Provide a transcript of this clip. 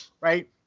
Right